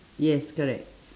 yes correct